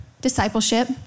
discipleship